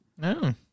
No